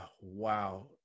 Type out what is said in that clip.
wow